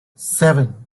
seven